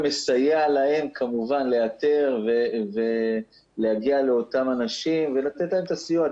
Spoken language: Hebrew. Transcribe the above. מסייע להם כמובן לאתר ולהגיע לאותם אנשים ולתת להם את הסיוע,